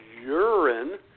urine